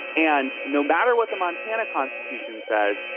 and no matter what the montana constitution says,